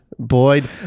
Boyd